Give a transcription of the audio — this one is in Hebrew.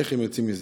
איך הם יוצאים מזה.